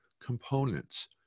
components